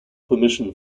permission